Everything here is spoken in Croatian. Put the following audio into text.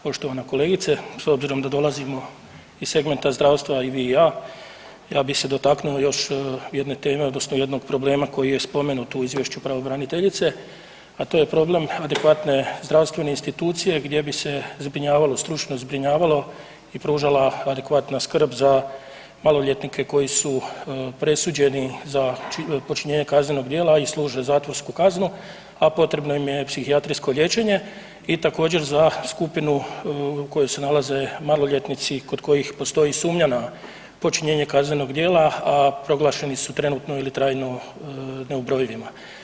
Poštovana kolegice, s obzirom da dolazimo iz segmenta zdravstva i vi i ja, ja bih se dotaknuo još jedne teme odnosno jednog problema koji je spomenut u Izvješću pravobraniteljice, a to je problem adekvatne zdravstvene institucije gdje bi se zbrinjavalo, stručno zbrinjavalo i pružala adekvatna skrb za maloljetnike koji su presuđeni za počinjenje kaznenog djela i služe zatvorsku kaznu a potrebno im je psihijatrijsko liječenje i također za skupinu koji se nalaze maloljetnici kod kojih postoji sumnja na počinjenje kaznenog djela a proglašeni su trenutno ili trajno neubrojivima.